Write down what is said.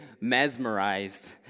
mesmerized